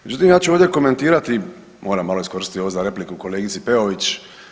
Međutim, ja ću ovdje komentirati, moram malo iskoristiti ovo za repliku kolegici Peović.